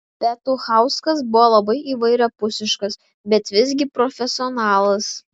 petuchauskas buvo labai įvairiapusiškas bet visgi profesionalas